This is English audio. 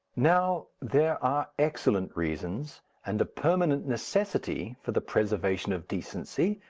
now, there are excellent reasons and a permanent necessity for the preservation of decency,